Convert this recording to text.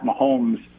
Mahomes